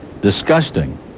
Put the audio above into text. disgusting